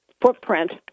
footprint